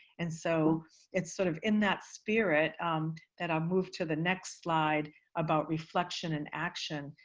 and so it's sort of in that spirit that i move to the next slide about reflection and action,